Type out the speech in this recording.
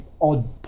odd